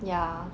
ya